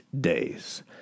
days